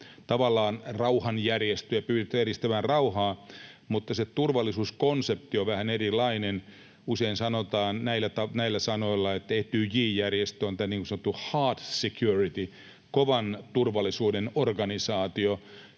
tavallaan rauhanjärjestöjä, pyrkivät edistämään rauhaa, mutta se turvallisuuskonsepti on vähän erilainen. Usein sanotaan näillä sanoilla, että Etyj-järjestö on tämä niin sanottu ”hard security”, kovan turvallisuuden organisaatio,